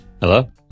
Hello